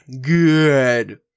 Good